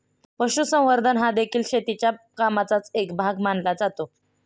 पशुसंवर्धन हादेखील शेतीच्या कामाचाच एक भाग मानला जातो